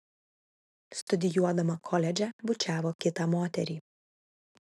studijuodama koledže bučiavo kitą moterį